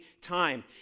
time